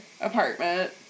apartment